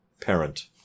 Parent